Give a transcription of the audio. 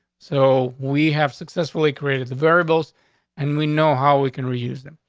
so we have successfully created the variables and we know how we can reuse them.